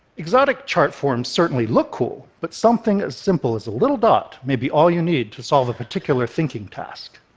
exotic chart forms certainly look cool, but something as simple as a little dot may be all you need to solve a particular thinking task.